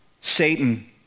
Satan